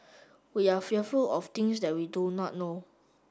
we are fearful of things that we do not know